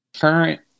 current